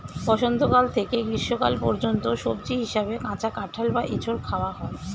বসন্তকাল থেকে গ্রীষ্মকাল পর্যন্ত সবজি হিসাবে কাঁচা কাঁঠাল বা এঁচোড় খাওয়া হয়